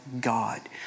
God